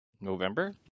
November